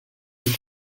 him